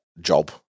job